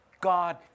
God